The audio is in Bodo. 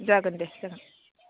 जागोन दे जागोन